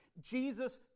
Jesus